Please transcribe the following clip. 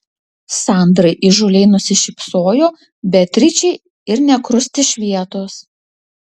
sandra įžūliai nusišypsojo beatričei ir nė krust iš vietos